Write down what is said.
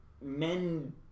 men